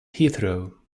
heathrow